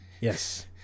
Yes